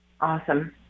awesome